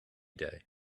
day